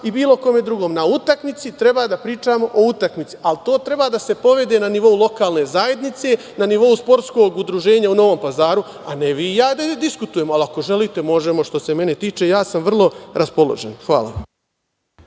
i bilo kome drugom. Na utakmici treba da pričamo o utakmici, a to treba da se povede na nivou lokalne zajednice, na nivou sportskog udruženja u Novom Pazaru, a ne vi i ja da diskutujemo. Ali, ako želite, možemo. Ja sam vrlo raspoložen. Hvala.